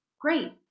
Great